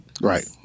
Right